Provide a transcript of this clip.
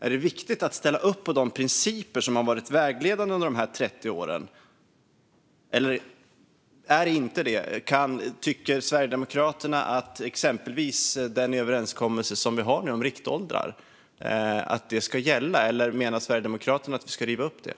Är det viktigt att ställa upp på de principer som har varit vägledande under dessa närmare 30 år, eller är det inte det? Tycker Sverigedemokraterna att exempelvis den överenskommelse som vi har om riktåldrar ska gälla, eller menar Sverigedemokraterna att vi ska riva upp den?